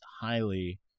highly